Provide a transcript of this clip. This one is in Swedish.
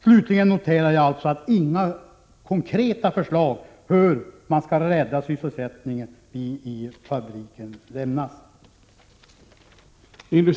Slutligen noterar jag alltså att inga konkreta förslag till hur man skall rädda sysselsättningen i fabriken lämnas.